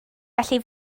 felly